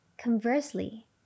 Conversely